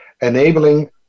enabling